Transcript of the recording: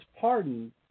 pardoned